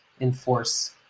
enforce